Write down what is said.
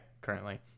currently